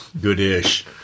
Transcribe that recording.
goodish